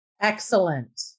Excellent